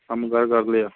ਕੰਮ ਕਾਰ ਕਰ ਲਿਆ